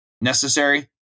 necessary